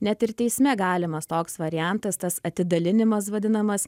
net ir teisme galimas toks variantas tas atidalinimas vadinamas